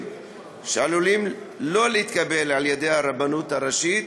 שעלולים לא להתקבל על-ידי הרבנות הראשית,